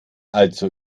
also